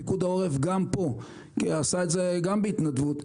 פיקוד העורף, גם פה, עשה את זה גם בהתנדבות.